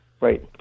Right